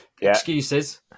Excuses